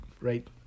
right